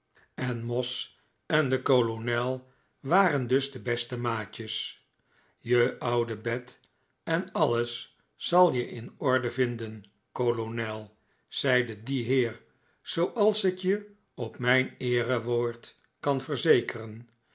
en moss en de kolonel waren dus de beste maatjes je oude bed en alles zal je in orde vinden kolonel zeide die heer zooals ikje op mijn eerewoord kan verzekeren